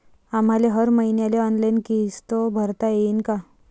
आम्हाले हर मईन्याले ऑनलाईन किस्त भरता येईन का?